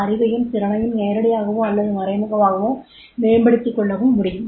அறிவையும் திறனையும் நேரடியாகவோ அல்லது மறைமுகமாகவோ மேம்படுத்திககொள்ளவும் முடியும்